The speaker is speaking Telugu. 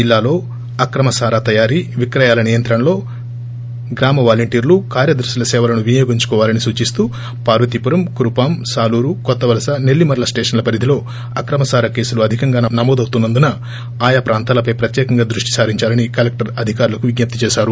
జిల్లాలో అక్రమ సారా తయారీ విక్రయాల నియంత్రణలో గ్రామ వాలంటీర్లు కార్యదర్పుల సేవలను వినియోగించుకోవాలని సూచిస్తూ పార్వతీపురం కురుపాం సాలూరు కొత్తవలస నెల్లిమర్ల స్టెషన్ల పరిధిలో అక్రమసారా కేసులు అధికంగా నమోదవుతున్న ందున ఆయా ప్రాంతాలపై ప్రత్యేకంగా దృష్టిసారించాలని కలెక్టర్ అధికారులకు విజ్ఞప్తి చేశారు